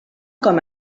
com